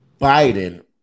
Biden